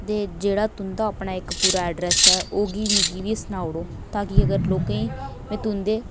दे जेहडा तुं'दा पूरा अडरेस ऐ मंगी सनाई ओड़ां ताकि में लोकें गी में तुंदे